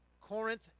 Corinth